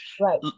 Right